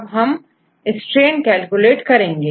अब हम STRAIN calculate करेंगे